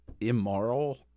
immoral